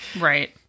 right